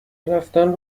رفتن